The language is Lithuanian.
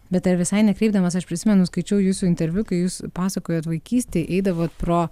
bet ar visai nekreipdamas aš prisimenu skaičiau jūsų interviu kai jūs pasakojot vaikystėj eidavot pro